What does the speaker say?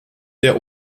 der